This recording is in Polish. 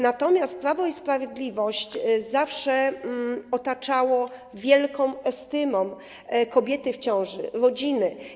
Natomiast Prawo i Sprawiedliwość zawsze otaczało wielką estymą kobiety w ciąży, rodziny.